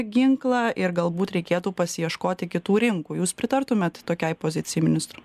ginklą ir galbūt reikėtų pasiieškoti kitų rinkų jūs pritartumėt tokiai pozicijai ministrų